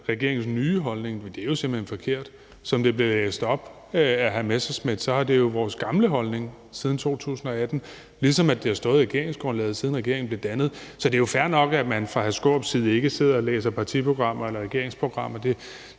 »regeringens nye holdning«, men det er jo simpelt hen forkert. Som det blev læst op af hr. Morten Messerschmidt, er det jo vores gamle holdning siden 2018, ligesom det har stået i regeringsgrundlaget, siden regeringen blev dannet. Så det er jo fair nok, at man fra hr. Peter Skaarups side ikke sidder og læser partiprogrammer eller regeringsprogrammer. Det